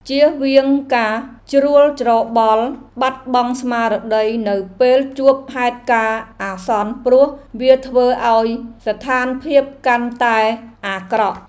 ជៀសវាងការជ្រួលច្របល់បាត់បង់ស្មារតីនៅពេលជួបហេតុការណ៍អាសន្នព្រោះវាធ្វើឱ្យស្ថានភាពកាន់តែអាក្រក់។